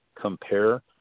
compare